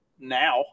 now